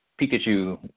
Pikachu